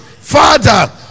Father